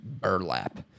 burlap